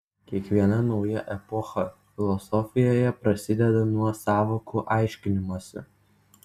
kiekviena nauja epocha filosofijoje prasideda nuo sąvokų aiškinimosi